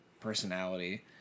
personality